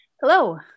Hello